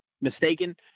mistaken